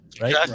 Right